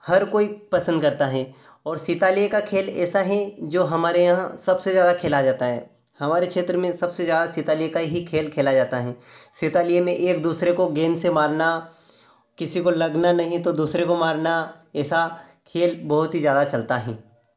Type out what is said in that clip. हर कोई पसंद करत है और सिताले का खेल ऐसा है जो हमारे यहाँ सबसे ज़्यादा खेला जाता है हमारे क्षेत्र में सबसे ज़्यादा सिताले का ही खेल खेला जाता है सिताले में एक दूसरे को गेंद से मारना किसी को लगाना नहीं तो दूसरे को मारना ऐसा खेल बहुत ही ज़्यादा चलता है